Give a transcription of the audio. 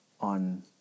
on